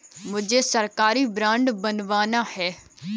मुझे सरकारी बॉन्ड बनवाना है